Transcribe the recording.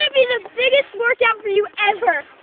um be the biggest work out for you. ever!